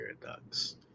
Paradox